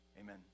Amen